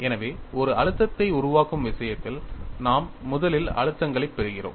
எனவே ஒரு அழுத்தத்தை உருவாக்கும் விஷயத்தில் நாம் முதலில் அழுத்தங்களைப் பெறுகிறோம்